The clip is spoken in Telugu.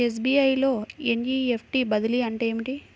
ఎస్.బీ.ఐ లో ఎన్.ఈ.ఎఫ్.టీ బదిలీ అంటే ఏమిటి?